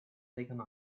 taken